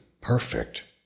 perfect